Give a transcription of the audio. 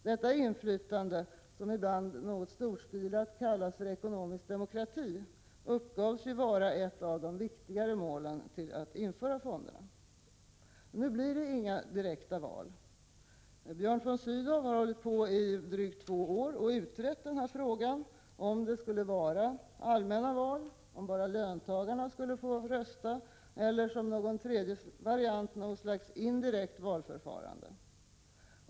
Detta inflytande, som ibland något storstilat kallas för ekonomisk demokrati, uppgavs ju vara ett av de viktigaste motiven till införandet av fonderna. Nu blir det inga direkta val. Björn von Sydow har i drygt två år hållit på att utreda denna fråga — om det skulle vara allmänna val, om bara löntagarna skulle få rösta, eller om det som en tredje variant skulle vara något slags indirekt valförfarande.